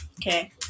okay